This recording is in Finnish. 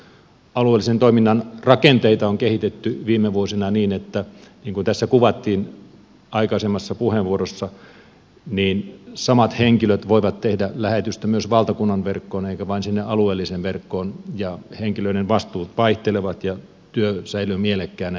alueellisen toiminnan rakenteita on kehitetty viime vuosina niin että niin kuin tässä kuvattiin aikaisemmassa puheenvuorossa samat henkilöt voivat tehdä lähetystä myös valtakunnan verkkoon eivätkä vain sinne alueelliseen verkkoon ja henkilöiden vastuut vaihtelevat ja työ säilyy mielekkäänä